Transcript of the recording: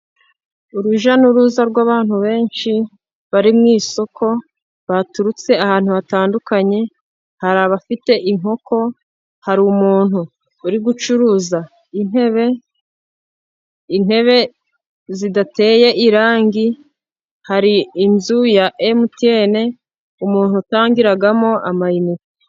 Urujya n'uruza rw'abantu benshi bari mu isoko baturutse ahantu hatandukanye hari abafite inkoko, hari umuntu uri gucuruza intebe intebe zidateye irangi, hari inzu ya emutiyene umuntu utangiramo amayinite.